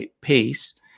pace